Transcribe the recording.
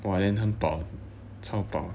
!wah! then 很饱超饱